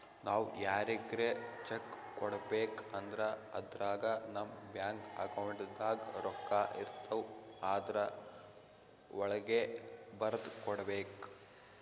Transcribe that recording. ನಾವ್ ಯಾರಿಗ್ರೆ ಚೆಕ್ಕ್ ಕೊಡ್ಬೇಕ್ ಅಂದ್ರ ಅದ್ರಾಗ ನಮ್ ಬ್ಯಾಂಕ್ ಅಕೌಂಟ್ದಾಗ್ ರೊಕ್ಕಾಇರ್ತವ್ ಆದ್ರ ವಳ್ಗೆ ಬರ್ದ್ ಕೊಡ್ಬೇಕ್